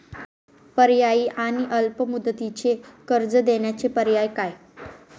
पर्यायी आणि अल्प मुदतीचे कर्ज देण्याचे पर्याय काय?